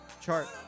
chart